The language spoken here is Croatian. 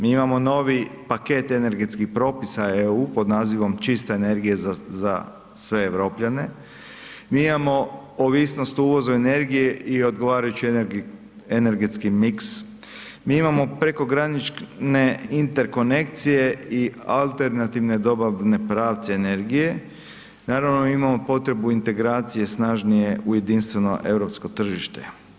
Mi imao novi paket energetskih propisa EU pod nazivom „Čista energija za sve Europljane“, mi imao ovisnost o uvozu energije i odgovarajući energetski mix, mi imamo prekogranične interkonekcije i alternativne dobavne pravce energije, naravno imamo potrebu integracije snažnije u jedinstveno europsko tržište.